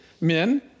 men